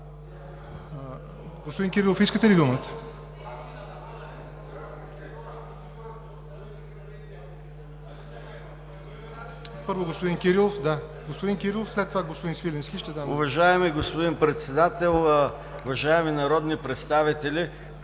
Уважаеми господин Председател, уважаеми народни представители,